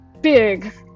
big